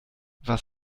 was